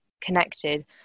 connected